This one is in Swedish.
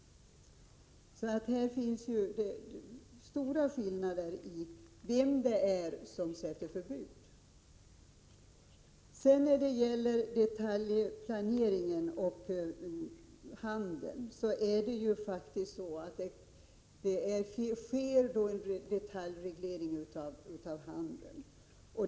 Här finns alltså stora skillnader när det gäller vem det är som sätter upp förbud. När det gäller detaljplaneringen och handeln vill jag säga att det faktiskt sker en detaljreglering av handeln.